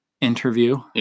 interview